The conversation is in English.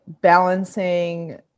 balancing